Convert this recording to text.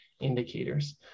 indicators